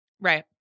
right